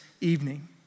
evening